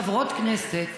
חברות הכנסת,